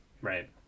Right